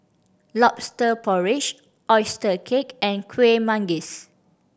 Lobster Porridge oyster cake and Kueh Manggis